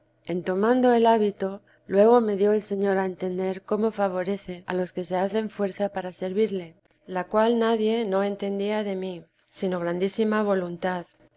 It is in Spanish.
en tomando el hábito luego me dio el señor a entender cómo favorece a los que se hacen fuerza para servirle la cual nadie no entendía de mí sino grandísima voluntad